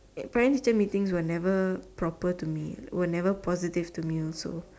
parents teacher meeting were never proper to me and never positive to me